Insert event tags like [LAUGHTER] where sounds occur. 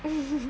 [LAUGHS]